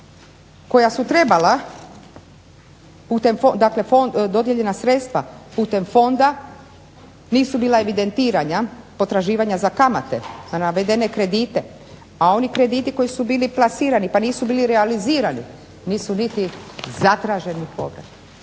koja su trebala putem dodijeljena sredstva, putem fonda nisu bila evidentirana, potraživanja za kamate navedene kredite, a oni krediti koji su bili plasirani, pa nisu bili realizirani, nisu niti zatraženi povrati.